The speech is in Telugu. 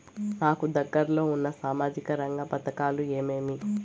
నాకు దగ్గర లో ఉన్న సామాజిక రంగ పథకాలు ఏమేమీ?